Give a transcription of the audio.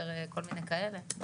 פר כל מיני כאלה.